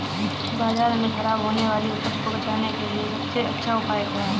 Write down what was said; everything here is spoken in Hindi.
बाजार में खराब होने वाली उपज को बेचने के लिए सबसे अच्छा उपाय क्या है?